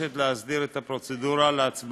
נועדה להסדיר את הפרוצדורה להצבעת